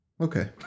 Okay